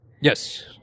Yes